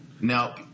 Now